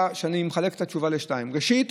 אני מחלק את התשובה לשניים: ראשית,